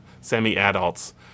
semi-adults